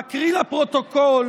אקריא לפרוטוקול